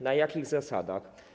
Na jakich zasadach?